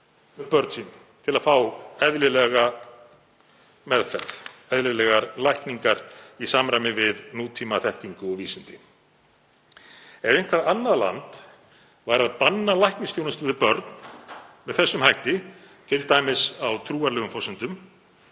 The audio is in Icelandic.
með börn sín til að fá eðlilega meðferð, eðlilegar lækningar í samræmi við nútímaþekkingu og vísindi. Ef eitthvert annað land væri að banna læknisþjónustu við börn með þessum hætti, t.d. á trúarlegum forsendum,